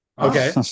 okay